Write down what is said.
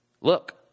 look